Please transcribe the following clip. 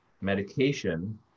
medication